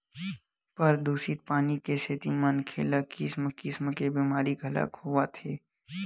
परदूसित पानी के सेती मनखे मन ल किसम किसम के बेमारी घलोक होवत हे